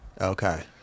Okay